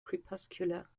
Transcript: crepuscular